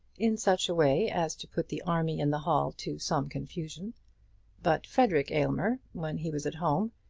in such a way as to put the army in the hall to some confusion but frederic aylmer, when he was at home,